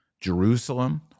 Jerusalem